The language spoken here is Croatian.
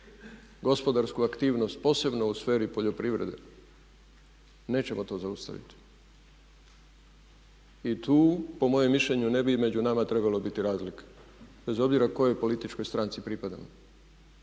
gospodarsku aktivnost, posebno u sferi poljoprivrede, nećemo to zaustaviti. I tu po mojem mišljenju ne bi među nama trebalo biti razlike bez obzira kojoj političkoj stranci pripadamo.